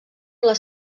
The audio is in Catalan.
les